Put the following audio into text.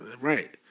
Right